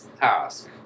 task